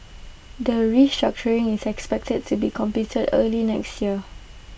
the restructuring is expected to be completed early next year